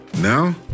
Now